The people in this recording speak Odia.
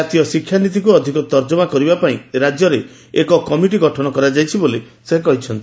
ଜାତୀୟ ଶିକ୍ଷାନୀତିକୁ ଅଧିକ ତର୍ଜମା କରିବାପାଇଁ ରାଜ୍ୟରେ ଏକ କମିଟି ଗଠନ କରାଯାଇଛି ବୋଲି ସେ କହିଛନ୍ତି